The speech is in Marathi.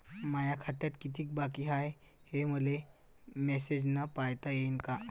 माया खात्यात कितीक बाकी हाय, हे मले मेसेजन पायता येईन का?